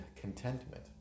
contentment